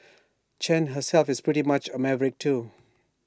Chen herself is pretty much A maverick too